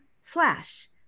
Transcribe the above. slash